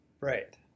Right